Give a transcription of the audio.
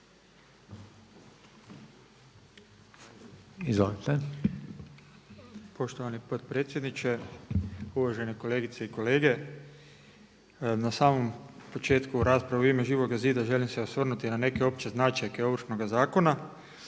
zid)** Poštovani potpredsjedniče, uvažene kolegice i kolege. Na samom početku rasprave u ime Živoga zida želim se osvrnuti na neke opće značajke ovršnoga zakona